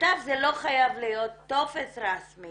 בכתב זה לא חייב להיות טופס רשמי